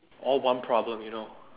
all one problem you know